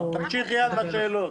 תמשיכי הלאה בשאלות.